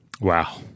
Wow